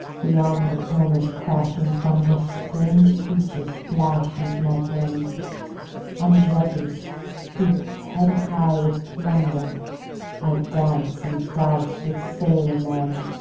beyond the comber's crashing thunder strange beaches flash into my ken on jetties heaped head-high with plunder i dance and dice with sailor-men.